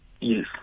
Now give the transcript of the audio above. Yes